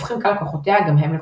הופכים קהל לקוחותיה גם הם לקורבן.